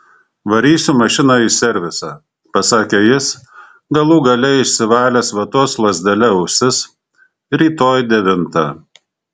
varysiu mašiną į servisą pasakė jis galų gale išsivalęs vatos lazdele ausis rytoj devintą